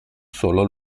solo